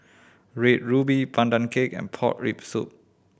Red Ruby Pandan Cake and pork rib soup